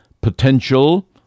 potential